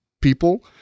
people